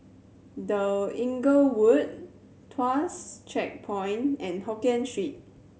The Inglewood Tuas Checkpoint and Hokien Street